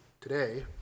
today